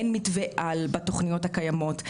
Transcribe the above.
אין מתווי על בתוכניות הקיימות.